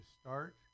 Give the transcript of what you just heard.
start